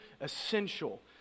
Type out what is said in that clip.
essential